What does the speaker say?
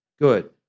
Good